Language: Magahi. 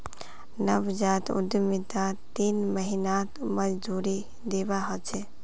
नवजात उद्यमितात तीन महीनात मजदूरी दीवा ह छे